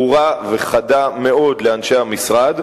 ברורה וחדה מאוד לאנשי המשרד.